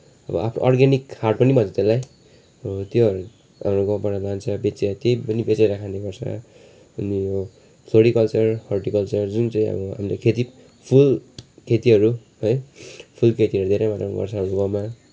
अब अ अर्ग्यानिक हाट पनि भन्छ त्यसलाई त्योहरू गाउँबाट लान्छ बेचेर त्यही पनि बेचेर खाने गर्छ अनि फ्लोरिकल्चर हर्टिकल्चर जुन चाहिँ अब खेती फुलखेतीहरू है फुलखेतीहरू धेरै मात्रामा गर्छ हाम्रो गाउँमा